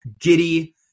giddy